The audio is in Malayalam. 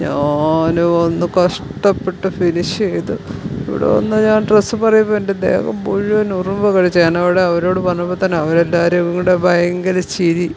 ഞാനോന്ന് കഷ്ടപ്പെട്ട് ഫിനിഷ് ചെയ്ത് ഇവിടെ വന്ന് ഞാൻ ഡ്രസ്സ് മാറിയപ്പോൾ എൻ്റെ ദേഹം മുഴുവൻ ഉറുമ്പ് കടിച്ചായിരുന്നു അവിടെ അവരോട് പറഞ്ഞപ്പോൾ തന്നെ അവരെല്ലാവരും കൂടെ ഭയങ്കര ചിരി